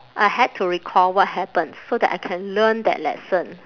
I had to recall what happened so that I can learn that lesson